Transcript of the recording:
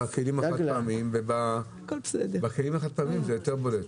בכלים החד-פעמיים זה יותר בולט.